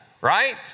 right